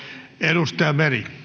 arvoisa